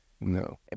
no